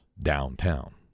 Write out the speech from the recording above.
downtown